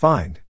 Find